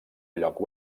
lloc